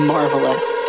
Marvelous